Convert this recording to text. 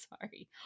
sorry